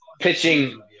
pitching